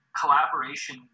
collaboration